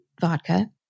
Vodka